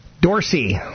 Dorsey